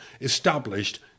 established